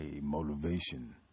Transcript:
motivation